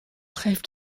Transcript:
geeft